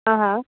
हा हा